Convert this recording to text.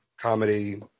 comedy